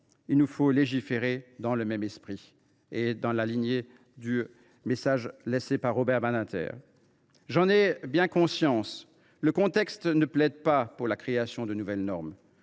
Il nous faut légiférer dans le même esprit et dans la lignée du message laissé par Robert Badinter. J’en ai bien conscience, le contexte ne plaide pas pour la création de nouvelles normes.